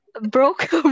broke